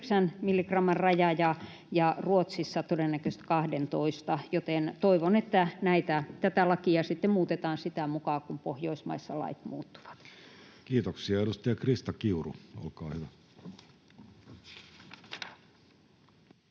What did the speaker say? milligramman raja ja Ruotsissa todennäköisesti 12:n, joten toivon, että tätä lakia sitten muutetaan sitä mukaa, kun Pohjoismaissa lait muuttuvat. Kiitoksia. — Edustaja Krista Kiuru, olkaa hyvä.